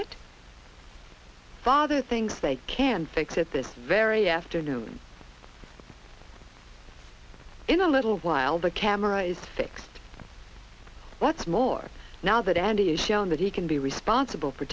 it father thinks they can fix it this very afternoon in a little while the camera is fixed what's more now that andy is shown that he can be responsible for